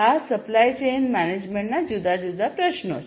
આ supply chain મેનેજમેન્ટના જુદા જુદા પ્રશ્નો છે